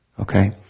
Okay